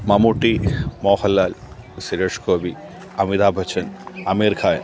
Mammootty Mohanlal Suresh Gopi Amitha Bachchan Ameer Khan